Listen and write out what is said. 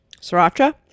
Sriracha